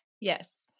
Yes